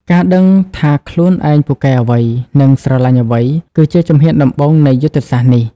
ការដឹងថាខ្លួនឯងពូកែអ្វី និងស្រលាញ់អ្វី គឺជាជំហានដំបូងនៃយុទ្ធសាស្ត្រនេះ។